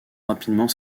rapidement